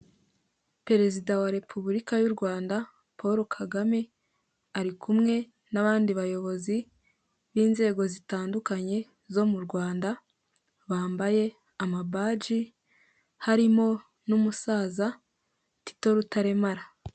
Perezida wa repubulika y'u Rwanda Paul Kagame ari kumwe n'abandi bayobozi b'inzego zitandukanye zo mu Rwanda bambaye amabaji harimo n'umusaza Tito Rutaremara.